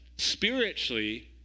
spiritually